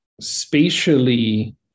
spatially